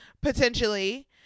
potentially